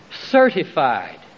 certified